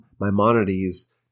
Maimonides